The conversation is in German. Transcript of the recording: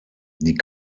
die